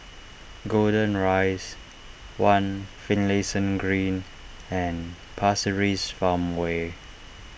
Golden Rise one Finlayson Green and Pasir Ris Farmway